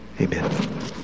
Amen